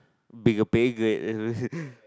bigger pay grade